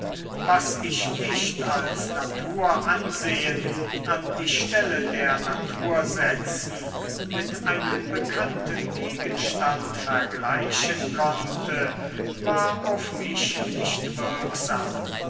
was ich nicht als natur ansehen an die stelle der natur setzen mit einem bekannten gegenstand vergleichen konnte war auf mich nicht wirksam